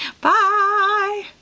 bye